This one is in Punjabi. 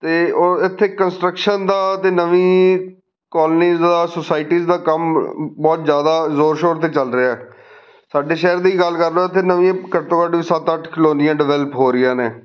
ਅਤੇ ਉਹ ਇੱਥੇ ਕੰਸਟਰਕਸ਼ਨ ਦਾ ਅਤੇ ਨਵੀਂ ਕਾਲਨੀਜ ਸੋਸਾਇਟੀਸ ਦਾ ਕੰਮ ਬਹੁਤ ਜ਼ਿਆਦਾ ਜ਼ੋਰ ਸ਼ੋਰ 'ਤੇ ਚੱਲ ਰਿਹਾ ਸਾਡੇ ਸ਼ਹਿਰ ਦੀ ਗੱਲ ਕਰ ਲਓ ਇੱਥੇ ਨਵੀਂ ਘੱਟੋ ਘੱਟ ਵੀ ਸੱਤ ਅੱਠ ਕਲੋਨੀਆਂ ਡਿਵੈਲਪ ਹੋ ਰਹੀਆਂ ਨੇ